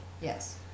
Yes